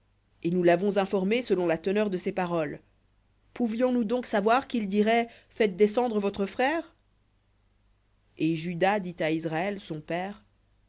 et nous l'avons informé selon la teneur de ces paroles pouvions-nous donc savoir qu'il dirait faites descendre votre frère et juda dit à israël son père